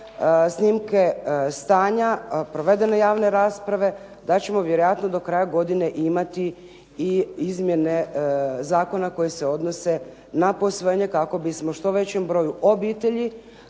snimke stanja, provedene javne rasprave, da ćemo vjerojatno do kraja godine imati i izmjene zakona koje se odnose na posvojenje kako bismo što većem broju obitelji